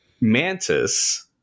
Mantis